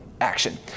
action